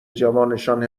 جوانشان